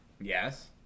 Yes